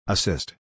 Assist